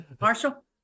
Marshall